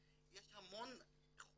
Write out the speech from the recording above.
אני גאה לומר